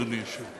אדוני.